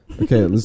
Okay